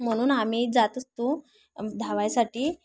म्हणून आम्ही जात असतो धावायसाठी